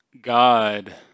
God